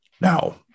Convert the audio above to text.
Now